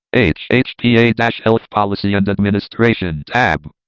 h h hpa dash health policy and administration. tab.